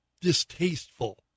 distasteful